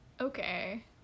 Okay